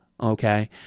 Okay